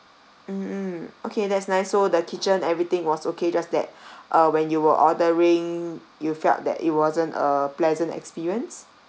mm mm okay that's nice so the kitchen everything was okay just that uh when you were ordering you felt that it wasn't a pleasant experience